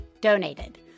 donated